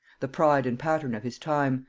the pride and pattern of his time,